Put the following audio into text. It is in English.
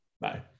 Bye